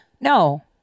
No